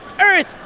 earth